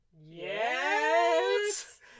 Yes